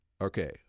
okay